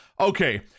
Okay